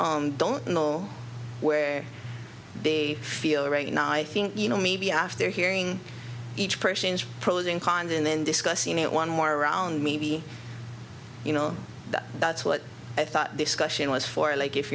don't know where they feel right now i think you know maybe after hearing each person's pros and cons and then discussing it one more round maybe you know that's what i thought discussion was for like if